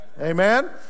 Amen